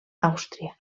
àustria